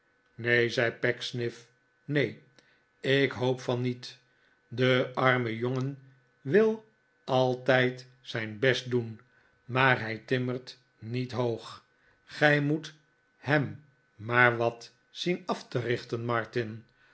neen zei pecksniff neen ik hoop van niet de arme jongen wil altijd zijn best doen maar hij timmert niet hoog gij moet hem maar wat zien af te richten martin